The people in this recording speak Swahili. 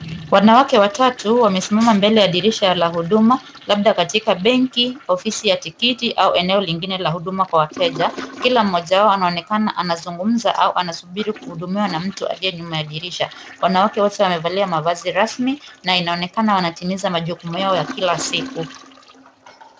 Wanawake watatu wamesimama mbele ya dirisha la huduma, labda katika benki, ofisi ya tikiti au eneo lingine la huduma kwa wateja, kila mmoja wao anaonekana anazungumza au anasubiri kuhudumiwa na mtu aliye nyuma ya dirisha, wanawake wote wamevalia mavazi rasmi na inaonekana wanatimiza majukumu yao ya kila siku.